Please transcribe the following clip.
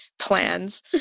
plans